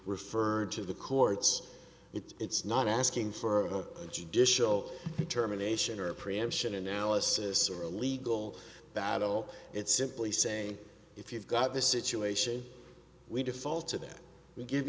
referred to the courts it's not asking for a judicial determination or a preemption analysis or a legal battle it's simply saying if you've got this situation we default to that we give